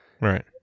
Right